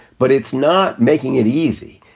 but it's not making it easy.